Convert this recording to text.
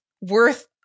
worth